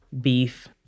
beef